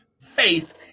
Faith